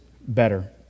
better